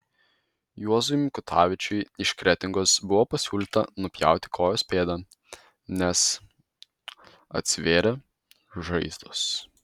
juozui mikutavičiui iš kretingos buvo pasiūlyta nupjauti kojos pėdą nes atsivėrė žaizdos